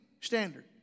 standard